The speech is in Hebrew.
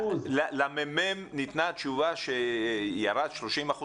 ל-ממ"מ ניתנה תשובה שירדו 30%,